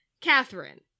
Catherine